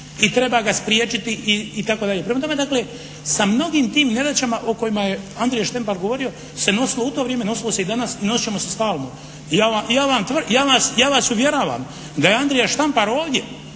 i treba ga spriječiti itd. Prema tome, dakle, sa mnogim tim nedaćama o kojima je Andrija Štampar govorio se nosilo u to vrijeme, nosilo se i danas, nosit ćemo se stalno. Ja vas uvjeravam da je Andrija Štampar ovdje